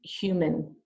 human